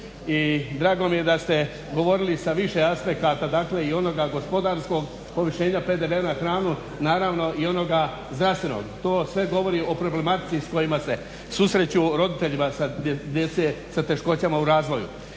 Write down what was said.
I drago mi je da ste govorili sa više aspekata, dakle i onoga gospodarskog povišenja PDV-a na hranu, naravno i onoga zdravstvenog. To sve govori o problematici s kojom se susreću roditelji djece sa teškoćama u razvoju.